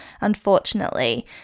unfortunately